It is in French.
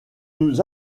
nous